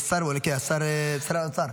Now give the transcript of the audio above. יש שר, שר האוצר.